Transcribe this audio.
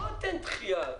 תן דחייה.